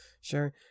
Sure